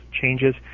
changes